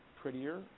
prettier